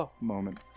moment